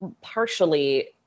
partially